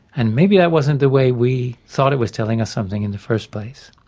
and maybe that wasn't the way we thought it was telling us something in the first place.